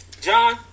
John